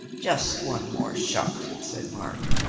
just one more shot, said mark.